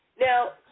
Now